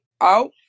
out